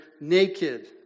naked